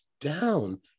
down